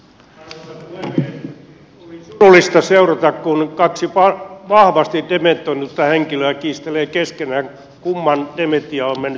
on surullista seurata kun kaksi vahvasti dementoitunutta henkilöä kiistelee keskenään kumman dementia on mennyt pitemmälle